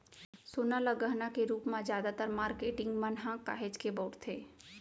सोना ल गहना के रूप म जादातर मारकेटिंग मन ह काहेच के बउरथे